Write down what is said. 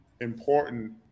important